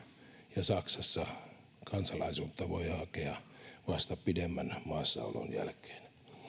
ja saksassa kansalaisuutta voi hakea vasta pidemmän maassaolon jälkeen